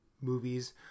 movies